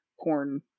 porn